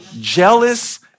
Jealous